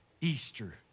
Easter